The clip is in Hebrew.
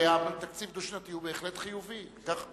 שהתקציב הדו-שנתי הוא בהחלט חיובי.